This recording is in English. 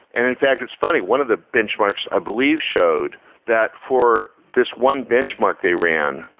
and in fact, it's funny. one of the benchmarks i believe showed that for this one benchmark they ran,